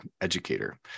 educator